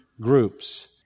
groups